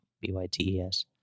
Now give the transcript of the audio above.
B-Y-T-E-S